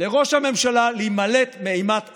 לראש הממשלה להימלט מאימת הדין.